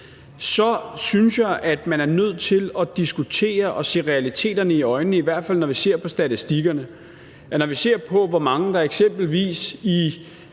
Så synes jeg, man er nødt til at diskutere og se realiteterne i øjnene, i hvert fald når vi ser på statistikkerne. Og når vi ser på, hvor mange der eksempelvis i